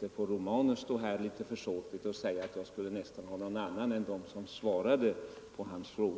Då får herr Romanus inte stå här och litet försåtligt göra gällande att jag skulle ha någon annan uppfattning.